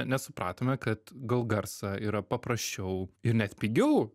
nesupratome kad gal garsą yra paprasčiau ir net pigiau